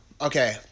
Okay